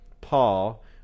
Paul